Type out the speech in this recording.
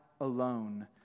alone